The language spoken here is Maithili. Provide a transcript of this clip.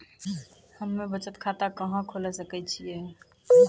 हम्मे बचत खाता कहां खोले सकै छियै?